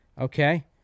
Okay